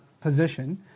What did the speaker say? position